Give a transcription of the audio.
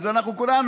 אז אנחנו כולנו,